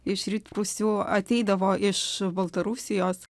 iš rytprūsių ateidavo iš baltarusijos